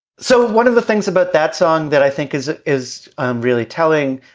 so one of the things about that song that i think is it is really telling.